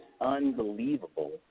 unbelievable